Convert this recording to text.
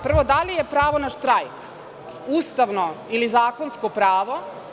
Prvo, da li je pravo na štrajk ustavno ili zakonsko pravo.